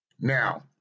Now